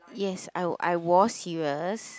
yes I'll I was serious